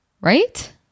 Right